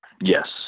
Yes